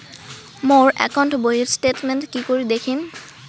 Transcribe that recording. মোর account বইয়ের statement কি করি দেখিম?